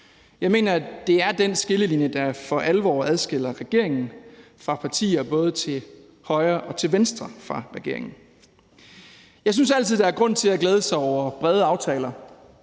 Jeg mener, at det er den skillelinje, der for alvor adskiller regeringen fra partier både til højre og til venstre for regeringen. Jeg synes altid, der er grund til at glæde sig over brede aftaler.